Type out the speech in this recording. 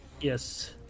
Yes